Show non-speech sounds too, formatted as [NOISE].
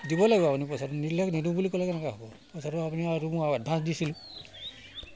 দিবই লাগিব আপুনি পইচাটো নিদিলে নিদো বুলি ক'লে কেনেকৈ হ'ব পইচাটো আপুনি [UNINTELLIGIBLE] মোক এডভান্স দিছিল